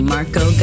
Marco